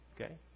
Okay